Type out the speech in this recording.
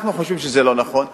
אנחנו חושבים שזה לא נכון.